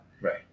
Right